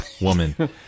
woman